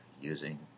using